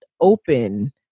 open